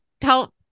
tell